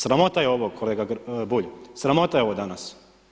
Sramota je ovo kolega Bulj, sramota je ovo danas.